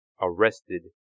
arrested